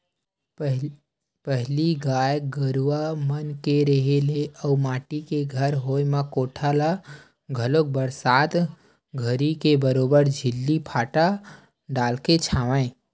पहिली गाय गरुवा मन के रेहे ले अउ माटी के घर होय म कोठा ल घलोक बरसात घरी के बरोबर छिल्ली फाटा डालके छावय